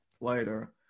later